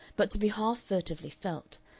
but to be half furtively felt,